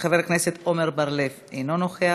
חבר הכנסת עמר בר-לב, אינו נוכח,